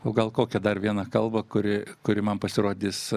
o gal kokią dar vieną kalbą kuri kuri man pasirodys